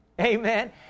Amen